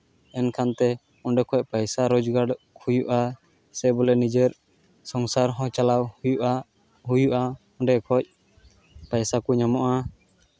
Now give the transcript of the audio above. ᱮᱱᱠᱷᱟᱱ ᱛᱮ ᱚᱸᱰᱮ ᱠᱷᱚᱡ ᱯᱚᱭᱥᱟ ᱨᱳᱡᱽᱜᱟᱨ ᱦᱩᱭᱩᱜᱼᱟ ᱥᱮ ᱵᱚᱞᱮ ᱱᱤᱡᱮᱨ ᱥᱚᱝᱥᱟᱨ ᱦᱚᱸ ᱪᱟᱞᱟᱣ ᱦᱩᱭᱩᱜᱼᱟ ᱚᱸᱰᱮ ᱠᱷᱚᱡ ᱯᱚᱭᱥᱟ ᱠᱚ ᱧᱟᱢᱚᱜᱼᱟ